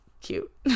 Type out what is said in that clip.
cute